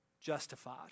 justified